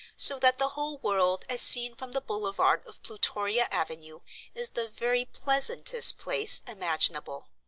so that the whole world as seen from the boulevard of plutoria avenue is the very pleasantest place imaginable.